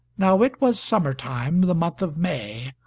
now it was summer time, the month of may,